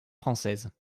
française